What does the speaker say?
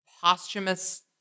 posthumous